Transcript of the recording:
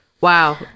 Wow